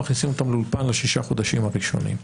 מכניסים אותם לאולפן לשישה החודשים הראשונים.